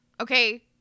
Okay